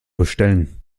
bestellen